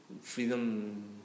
Freedom